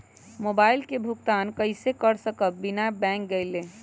Mobile के भुगतान कईसे कर सकब बिना बैंक गईले?